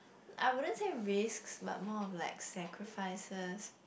I wouldn't say risks but more on like sacrifices